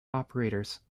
operators